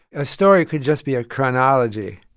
a story could just be a chronology.